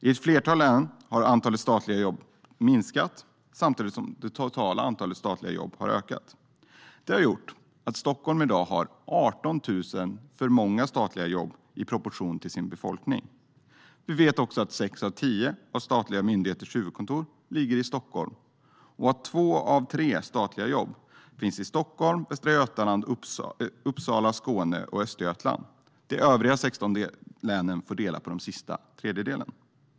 I ett flertal län har antalet statliga jobb minskat samtidigt som det totala antalet statliga jobb har ökat. Det har gjort att Stockholm i dag har 18 000 för många statliga jobb i proportion till sin befolkning. Vi vet också att sex av tio statliga myndigheters huvudkontor ligger i Stockholm och att två av tre statliga jobb finns i Stockholm, Västra Götaland, Uppsala, Skåne och Östergötland. De övriga 16 länen får dela på den sista tredjedelen.